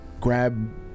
grab